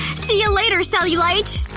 see ya later, cellulite!